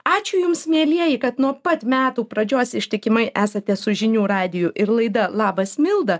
ačiū jums mielieji kad nuo pat metų pradžios ištikimai esate su žinių radiju ir laida labas milda